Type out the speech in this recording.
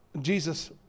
Jesus